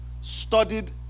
studied